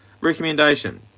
recommendation